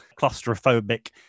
Claustrophobic